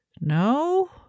No